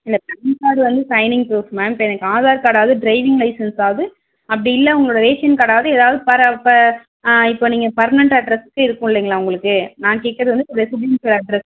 இல்லை தமிழ்நாடு வந்து signing proof ma'am இப்போ எனக்கு ஆதார் கார்டாவது ட்ரைவிங் லைசென்ஸாவுது அப்படி இல்லை உங்களோடய ரேஷன் கார்டாவுது ஏதாவுது பர ப இப்போ நீங்கள் பர்மனெண்ட் அட்ரஸ்க்கு இருக்குல்லிங்களா உங்களுக்கு நான் கேட்கறது வந்து ரெசிடென்ஷியல் அட்ரஸ்